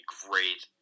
great